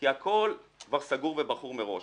כי הכול כבר סגור ומכור מראש.